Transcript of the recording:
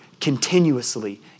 continuously